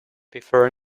before